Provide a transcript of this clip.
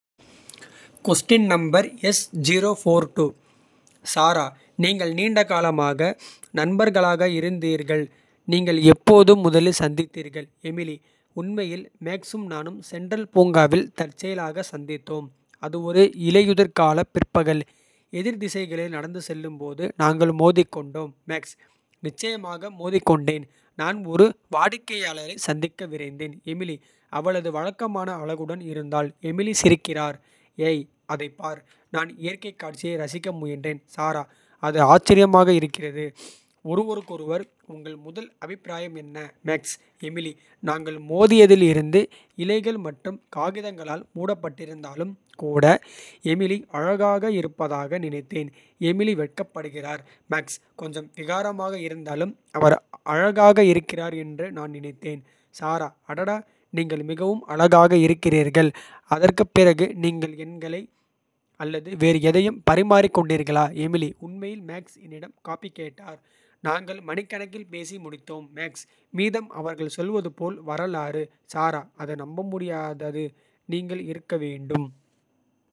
சாரா நீங்கள் நீண்ட காலமாக நண்பர்களாக இருந்தீர்கள். நீங்கள் எப்போது முதலில் சந்தித்தீர்கள் எமிலி. உண்மையில் மேக்ஸும் நானும் சென்ட்ரல் பூங்காவில். தற்செயலாகச் சந்தித்தோம் அது ஒரு இலையுதிர்காலப் பிற்பகல். எதிர் திசைகளில் நடந்து செல்லும் போது நாங்கள் மோதிக்கொண்டோம். மேக்ஸ் நிச்சயமாக மோதிக்கொண்டேன். நான் ஒரு வாடிக்கையாளரைச் சந்திக்க விரைந்தேன். எமிலி அவளது வழக்கமான அழகுடன் இருந்தாள். எமிலி சிரிக்கிறார் ஏய் அதைப் பார். நான் இயற்கைக்காட்சியை ரசிக்க முயன்றேன். சாரா அது ஆச்சரியமாக இருக்கிறது ஒருவருக்கொருவர். உங்கள் முதல் அபிப்ராயம் என்ன மேக்ஸ். எமிலி நாங்கள் மோதியதில் இருந்து இலைகள் மற்றும். காகிதங்களால் மூடப்பட்டிருந்தாலும் கூட. எமிலி அழகாக இருப்பதாக நினைத்தேன் எமிலி. வெட்கப்படுகிறார் மேக்ஸ் கொஞ்சம் விகாரமாக இருந்தாலும். அவர் அழகாக இருக்கிறார் என்று நான் நினைத்தேன் சாரா. அடடா நீங்கள் மிகவும் அழகாக இருக்கிறீர்கள். அதற்குப் பிறகு நீங்கள் எண்களை அல்லது வேறு. எதையும் பரிமாறிக்கொண்டீர்களா எமிலி. உண்மையில் மேக்ஸ் என்னிடம் காபி கேட்டார். நாங்கள் மணிக்கணக்கில் பேசி முடித்தோம் மேக்ஸ். மீதம் அவர்கள் சொல்வது போல் வரலாறு சாரா. அது நம்பமுடியாதது நீங்கள் இருக்க வேண்டும்.